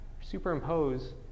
superimpose